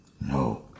No